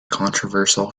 controversial